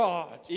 God